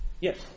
Yes